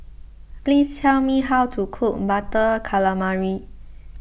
please tell me how to cook Butter Calamari